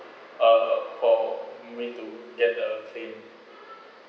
out of for me to get the claim